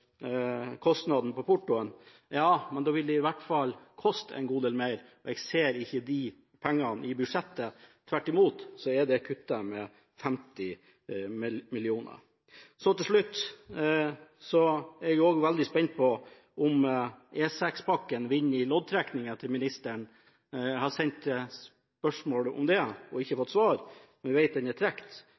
kostnaden på portoen. Ja, men da vil det i hvert fall koste en god del mer, og jeg ser ikke de pengene i budsjettet. Tvert imot er det kuttet med 50 mill. kr. Så til slutt: Jeg er også veldig spent på om E6-pakken vinner i loddtrekningen til ministeren. Jeg har sendt spørsmål om det og ikke fått svar. Men jeg vet den er